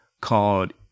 called